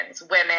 women